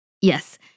yes